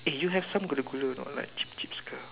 eh you have some gula-gula or not like cheap cheap ke